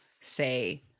say